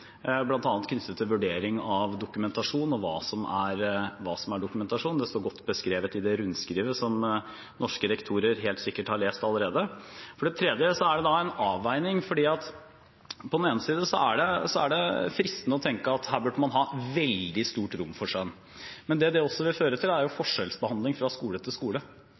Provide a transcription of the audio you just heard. knyttet til vurdering av dokumentasjon og hva som er dokumentasjon. Det står godt beskrevet i det rundskrivet som norske rektorer helt sikkert har lest allerede. For det tredje er det en avveining, for det er fristende å tenke at her burde man ha veldig stort rom for skjønn. Men det som det også vil føre til, er forskjellsbehandling fra skole til skole.